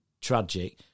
Tragic